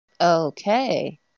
Okay